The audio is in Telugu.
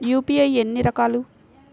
యూ.పీ.ఐ ఎన్ని రకాలు?